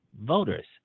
voters